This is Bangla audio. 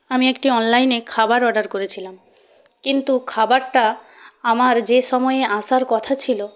আমি একটি অনলাইনে খাবার অর্ডার করেছিলাম কিন্তু খাবারটা আমার যে সময়ে আসার কথা ছিল